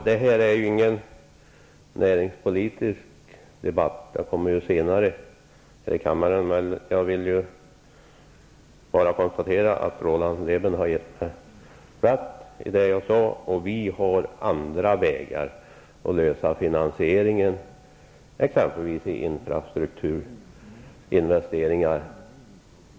Herr talman! Detta är ingen näringspolitisk debatt, den kommer senare här i kammaren, men jag vill bara konstatera att Roland Lében ger platt intet för det jag sade, man har andra vägar att lösa finansiering, exempelvis i infrastrukturinvesteringar.